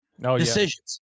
decisions